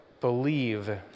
believe